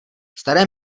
staré